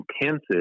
intensive